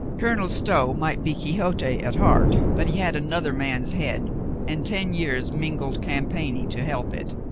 colonel stow might be quixote at heart, but he had another man's head and ten years' mingled campaigning to help it.